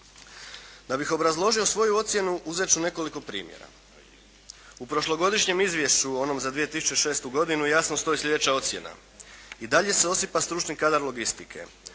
Da bih obrazložio svoju ocjenu, uzeti ću nekoliko primjere. U prošlogodišnjem izvješću, onom za 2006. godinu jasno stoji sljedeća ocjena. I dalje se osipa stručni kadar logistike,